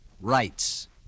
rights